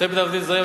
מדי עובדים זרים,